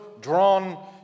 drawn